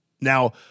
Now